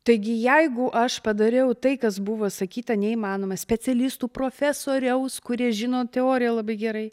taigi jeigu aš padariau tai kas buvo sakyta neįmanoma specialistų profesoriaus kurie žino teoriją labai gerai